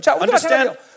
Understand